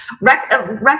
record